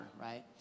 Right